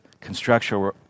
construction